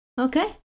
Okay